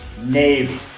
Navy